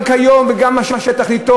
גם כיום וגם מה שתכליתו,